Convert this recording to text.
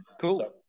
cool